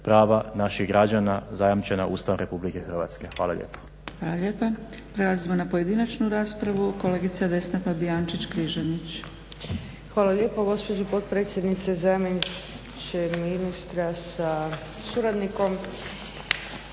prava naših građana zajamčena Ustavom Republike Hrvatske. Hvala lijepo. **Zgrebec,